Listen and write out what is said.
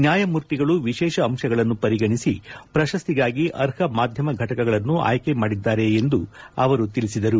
ನ್ಯಾಯಮೂರ್ತಿಗಳು ವಿಶೇಷ ಅಂಶಗಳನ್ನು ಪರಿಗಣಿಸಿ ಪ್ರಶಸ್ತಿಗಾಗಿ ಅರ್ಹ ಮಾಧ್ಯಮ ಘಟಕಗಳನ್ನು ಆಯ್ಲಿ ಮಾಡಿದ್ದಾರೆ ಎಂದು ತಿಳಿಸಿದರು